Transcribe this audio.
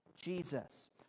Jesus